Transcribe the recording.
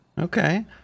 Okay